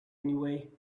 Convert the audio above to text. away